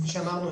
כפי שאמרנו,